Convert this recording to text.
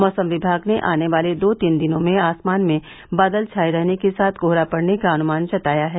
मैसम विभाग ने आने वाले दो तीन दिनों में आसमान में बादल छाये रहने के साथ कोहरा पड़ने का अनुमान जताया है